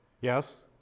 Yes